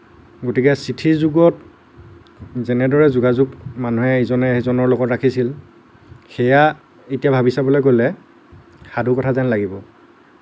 গতিকে চিঠিৰ যুগত যেনেদৰে যোগাযোগ মানুহে ইজনে সিজনৰ লগত ৰাখিছিল সেয়া এতিয়া ভাৱি চাবলৈ গ'লে সাধুকথা যেন লাগিব